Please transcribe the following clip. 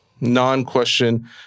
non-question